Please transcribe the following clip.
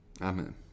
Amen